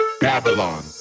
Babylon